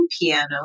Piano